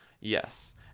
Yes